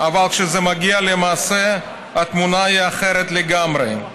אבל כשזה מגיע למעשה התמונה היא אחרת לגמרי.